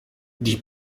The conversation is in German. die